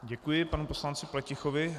Děkuji panu poslanci Pletichovi.